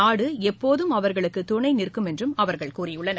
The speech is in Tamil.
நாடு எப்போதும் அவர்களுக்கு துணை நிற்கும் என்றும் அவர்கள் கூறியுள்ளனர்